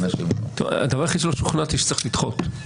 הדבר היחיד שלא שוכנעתי, שצריך לדחות.